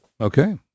Okay